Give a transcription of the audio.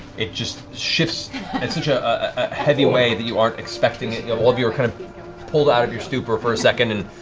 it just shifts in and such ah a heavy way that you aren't expecting it. you know all of you are kind of pulled out of your stupor for a second and